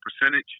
percentage